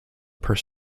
purse